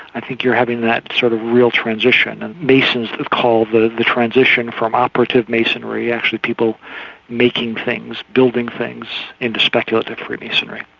i think you're having that sort of real transition. and masons would call the the transition from operative masonry actually people making things, building things, into speculative freemasonry.